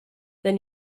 then